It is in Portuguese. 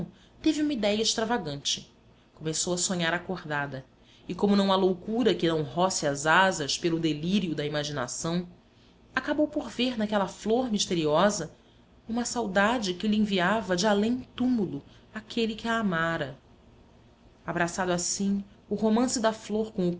teve uma idéia extravagante começou a sonhar acordada e como não há loucura que não roce as asas pelo delírio da imaginação acabou por ver naquela flor misteriosa uma saudade que lhe enviava de além túmulo aquele que a amara abraçado assim o romance da flor com